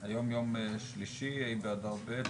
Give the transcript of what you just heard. היום יום שלישי, ה' באדר ב',